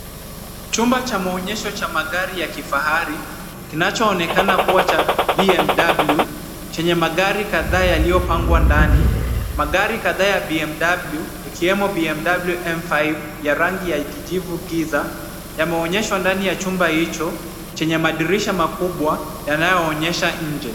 Chumba cha maonyesho cha magari ya kifahari, kinachoonekana kuwa cha BMW, chenye magari kadhaa yaliyopangwa ndani. Magari kadhaa ya BMW ikiwemo BMW M5, ya rangi ya kijivu giza, yameonyeshwa ndani ya chumba hicho chenye madirisha makubwa yanayoonyesha nje.